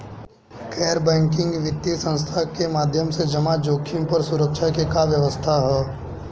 गैर बैंकिंग वित्तीय संस्था के माध्यम से जमा जोखिम पर सुरक्षा के का व्यवस्था ह?